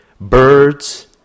birds